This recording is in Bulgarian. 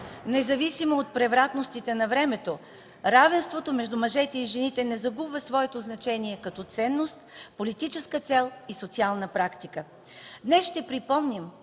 Независимо от превратностите на времето, равенството между мъжете и жените не загубва своето значение като ценност, политическа цел и социална практика.